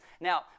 Now